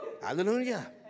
Hallelujah